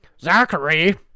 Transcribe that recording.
Zachary